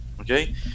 Okay